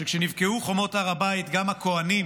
שכשנבקעו חומות הר הבית, גם הכוהנים